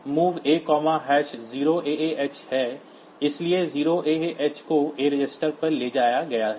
तो यह MOV a0aah है इसलिए 0aah को A रजिस्टर पर ले जाया गया है